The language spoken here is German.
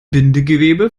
bindegewebe